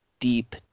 deep